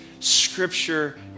Scripture